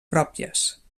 pròpies